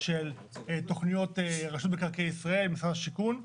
של תכניות של רשות מקרקעי ישראל ומשרד השיכון.